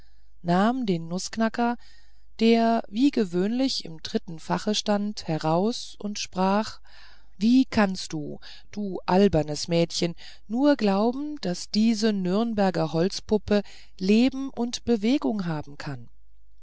nahm den nußknacker der wie gewöhnlich im dritten fache stand heraus und sprach wie kannst du du albernes mädchen nur glauben daß diese nürnberger holzpuppe leben und bewegung haben kann